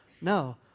No